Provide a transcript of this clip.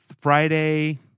Friday